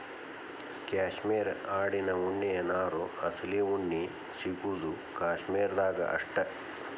cashmere ಆಡಿನ ಉಣ್ಣಿಯ ನಾರು ಅಸಲಿ ಉಣ್ಣಿ ಸಿಗುದು ಕಾಶ್ಮೇರ ದಾಗ ಅಷ್ಟ